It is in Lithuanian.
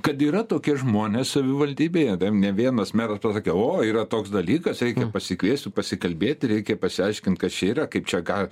kad yra tokie žmonės savivaldybėje ne vienas meras pasakė o yra toks dalykas reikia pasikviesti pasikalbėti reikia pasiaiškint kad čia yra kaip čia ką